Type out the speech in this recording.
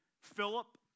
Philip